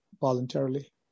voluntarily